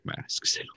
masks